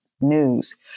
news